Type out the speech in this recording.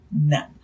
None